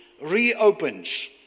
reopens